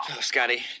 Scotty